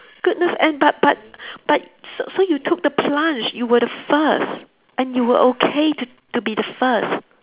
goodness and but but but so so you took the plunge you were the first and you were okay to to be the first